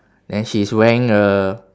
and she's wearing a